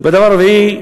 ודבר רביעי,